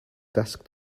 desk